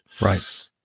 Right